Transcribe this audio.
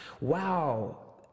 wow